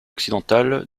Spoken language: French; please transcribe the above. occidentale